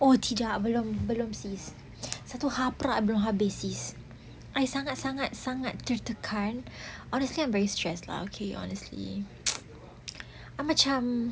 oh tidak belum belum sis itu haprak belum habis I sangat sangat sangat tertekan honestly I'm very stressed lah okay honestly I'm macam